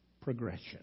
progression